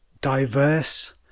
diverse